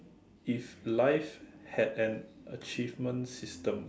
if life had an achievement system